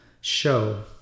show